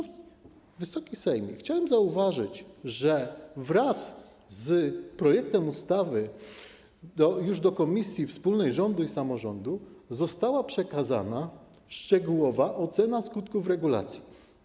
Wysoki Sejmie, chciałem zauważyć, że wraz z projektem ustawy do Komisji Wspólnej Rządu i Samorządu została przekazana szczegółowa ocena skutków regulacji.